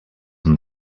and